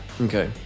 Okay